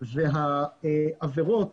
והעבירות